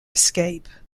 escape